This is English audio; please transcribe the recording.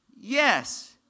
Yes